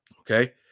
okay